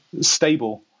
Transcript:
stable